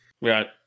Right